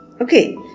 Okay